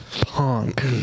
Punk